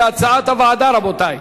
כהצעת הוועדה, רבותי.